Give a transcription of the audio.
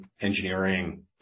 engineering